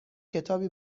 کتابی